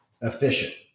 efficient